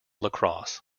lacrosse